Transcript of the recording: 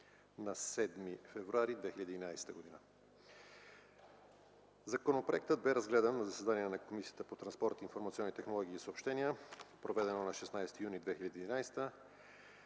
на 7 февруари 2011 г. Законопроектът бе разгледан на заседание на Комисията по транспорт, информационни технологии и съобщения, проведено на 16 юни 2011 г.